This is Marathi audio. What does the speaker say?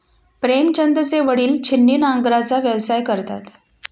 प्रेमचंदचे वडील छिन्नी नांगराचा व्यवसाय करतात